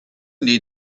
need